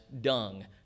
dung